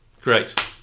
great